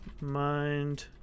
mind